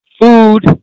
food